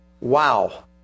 Wow